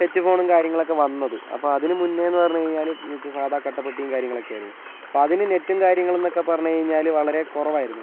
touch ഫോണും കാര്യങ്ങളൊക്കെ വന്നത് അപ്പോൾ അതിന് മുന്നേ എന്ന് പറഞ്ഞു കഴിഞ്ഞാല് സാദാ കട്ടപെട്ടിയും കാര്യങ്ങളൊക്കെ ആരുന്നു അപ്പോൾ അതിന് നെറ്റും കാര്യങ്ങളൊക്കെന്ന് പറഞ്ഞു കഴിഞ്ഞാല് വളരെ കുറവായിരുന്നു